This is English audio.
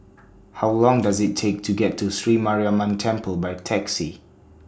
How Long Does IT Take to get to Sri Mariamman Temple By Taxi